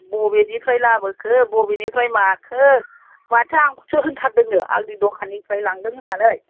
बबेनिफ्राय लाबोखो बबेनिफ्राय माखो माथो आंखौसो होनथारदोंनो आंनि दखाननिफ्राय लांदों होन्नानै